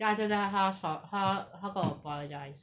then after that 她她她她说她她跟我 apologise